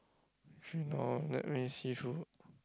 actually no let me see through